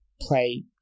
play